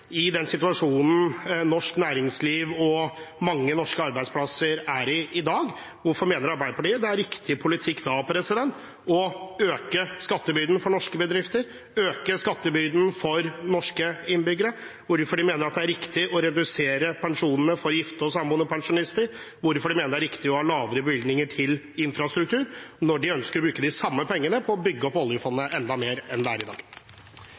i den situasjonen norsk næringsliv og mange norske arbeidsplasser er i i dag, det er riktig politikk å øke skattebyrden for norske bedrifter, og å øke skattebyrden for norske innbyggere? Hvorfor mener de det er riktig å redusere pensjonene for gifte og samboende pensjonister, og å ha lavere bevilgninger til infrastruktur, når de ønsker å bruke de samme pengene til å bygge opp oljefondet til enda mer enn det er i dag?